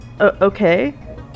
Okay